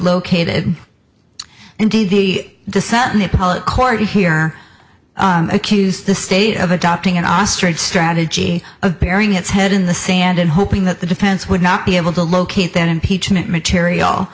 located indeed the senate public court here accused the state of adopting an ostrich strategy of burying its head in the sand and hoping that the defense would not be able to locate that impeachment material